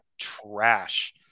trash